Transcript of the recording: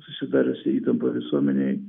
susidariusi įtampa visuomenėj